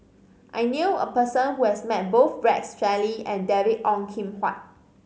I knew a person who has met both Rex Shelley and David Ong Kim Huat